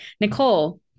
nicole